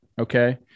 Okay